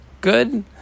good